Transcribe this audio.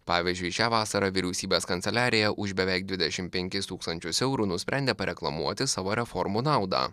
pavyzdžiui šią vasarą vyriausybės kanceliarija už beveik dvidešimt penkis tūkstančius eurų nusprendė pareklamuoti savo reformų naudą